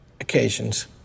occasions